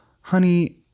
Honey